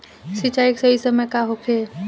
सिंचाई के सही समय का होखे?